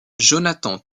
jonathan